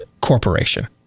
corporation